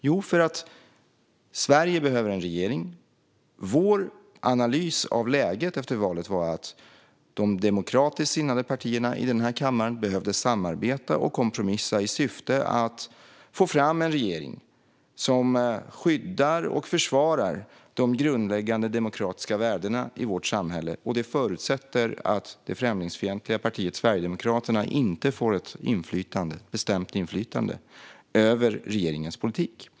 Jo, för att Sverige behöver en regering. Vår analys av läget efter valet var att de demokratiskt sinnade partierna i denna kammare behöver samarbeta och kompromissa i syfte att få fram en regering som skyddar och försvarar de grundläggande demokratiska värdena i vårt samhälle. Detta förutsätter att det främlingsfientliga partiet Sverigedemokraterna inte får ett bestämt inflytande över regeringens politik.